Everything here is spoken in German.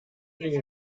dinge